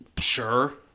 Sure